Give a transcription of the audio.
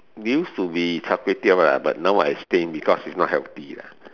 used to be Char-Kway-Teow lah but now I abstain because it's not healthy lah